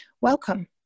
Welcome